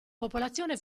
popolazione